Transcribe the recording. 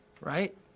right